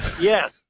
Yes